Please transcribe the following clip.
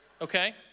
okay